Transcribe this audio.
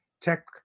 tech